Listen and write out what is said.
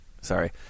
sorry